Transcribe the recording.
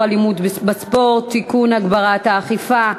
אלימות בספורט (תיקון) (הגברת האכיפה),